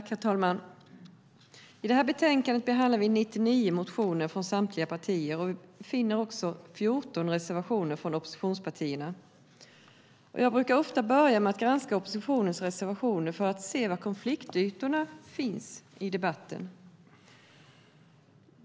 Herr talman! I detta betänkande behandlar vi 99 motioner från samtliga partier, och vi finner också 14 reservationer från oppositionspartierna. Jag brukar ofta börja med att granska oppositionens reservationer för att se var konfliktytorna i debatten finns.